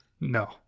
No